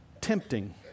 tempting